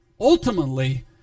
ultimately